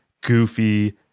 goofy